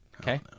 okay